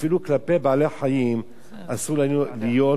אפילו כלפי בעלי-החיים אסור לנו להיות